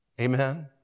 Amen